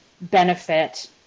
benefit